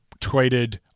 tweeted